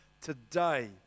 today